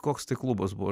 koks tai klubas buvo